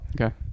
Okay